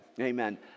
Amen